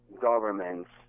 governments